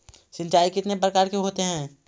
सिंचाई कितने प्रकार के होते हैं?